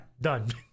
done